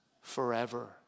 forever